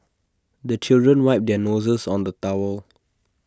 the children wipe their noses on the towel